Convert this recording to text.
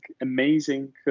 amazing